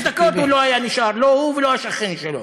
חמש דקות הוא לא היה נשאר, לא הוא ולא השכן שלו.